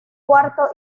cuarto